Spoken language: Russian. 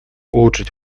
улучшить